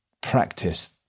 practice